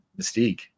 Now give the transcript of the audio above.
Mystique